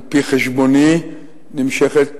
על-פי חשבוני, נמשכת